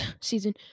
Season